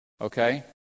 Okay